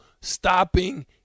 stopping